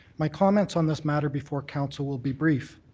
my comments on this matter before council will be brief.